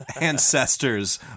Ancestors